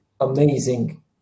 amazing